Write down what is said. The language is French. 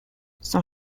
son